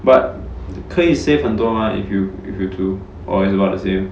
but 可以 save 很多 mah if you if you 煮 or is about the same